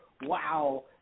Wow